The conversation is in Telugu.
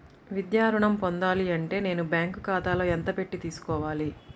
విద్యా ఋణం పొందాలి అంటే నేను బ్యాంకు ఖాతాలో ఎంత పెట్టి తీసుకోవాలి?